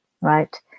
right